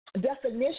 definition